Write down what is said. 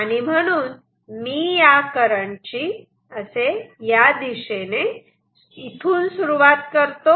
आणि म्हणून मी या करंटची असे या दिशेने इथून सुरुवात करतो